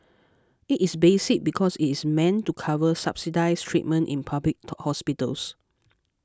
it is basic because it is meant to cover subsidised treatment in public hospitals